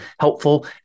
helpful